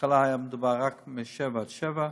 בהתחלה היה מדובר רק מ-07:00 עד 19:00,